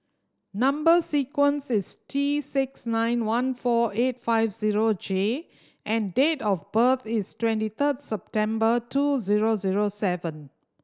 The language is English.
number sequence is T six nine one four eight five zero J and date of birth is twenty third September two zero zero seven